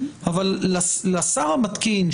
אבל לשר המתקין,